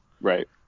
Right